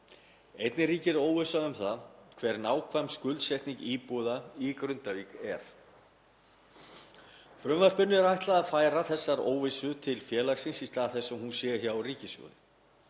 Einnig ríkir óvissa um það hver nákvæm skuldsetning íbúða í Grindavík er. Frumvarpinu er ætlað að færa þessa óvissu til félagsins í stað þess að hún sé hjá ríkissjóði.